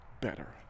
better